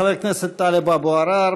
חבר הכנסת טלב אבו עראר,